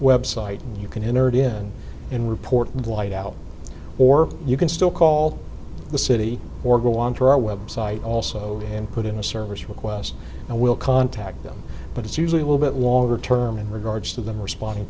website and you can enter it in and report and white out or you can still call the city or go onto our website also and put in a service request i will contact them but it's usually will bit longer term in regards to them responding